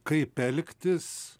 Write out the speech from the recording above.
kaip elgtis